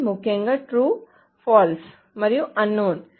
ముఖ్యంగా true false మరియు unknown